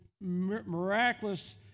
miraculous